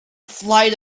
flight